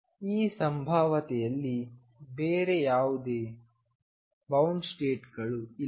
ಈ ಸಂಭಾವ್ಯತೆಯಲ್ಲಿ ಬೇರೆ ಯಾವುದೇ ಬೌಂಡ್ಸ್ಟೇಟ್ ಗಳು ಇಲ್ಲ